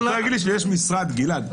גלעד,